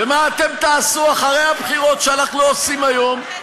ומה אתם תעשו אחרי הבחירות שאנחנו לא עושים היום?